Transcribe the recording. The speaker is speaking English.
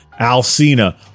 alcina